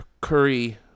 curry